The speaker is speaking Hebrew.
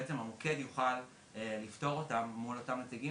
אני מתכבדת לפתוח את דיון הוועדה לפניות הציבור בנושא